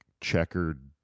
checkered